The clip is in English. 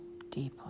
deeply